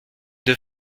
deux